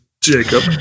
Jacob